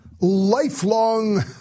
lifelong